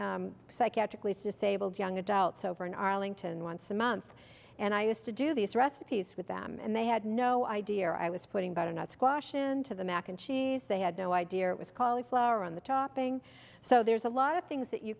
for psychiatrically disabled young adults over in arlington once a month and i used to do these recipes with them and they had no idea i was putting butternut squash into the mac and cheese they had no idea it was called the flour on the topping so there's a lot of things that you